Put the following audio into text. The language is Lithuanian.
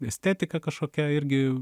estetika kažkokia irgi